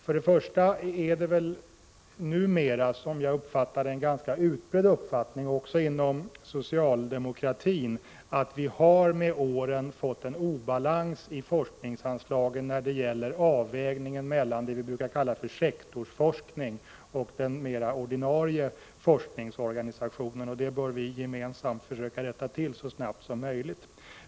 För det första råder, som jag har tolkat det, numera en ganska utbredd uppfattning också inom socialdemokratin att vi med åren har fått en obalans i forskningsanslagen när det gäller avvägningen mellan det vi brukar kalla för sektorsforskning och den ordinarie forskningsorganisationen. Detta bör vi gemensamt försöka rätta till så fort som möjligt.